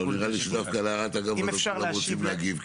נראה לי שדווקא להערת אגב כולם רוצים להגיב.